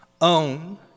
own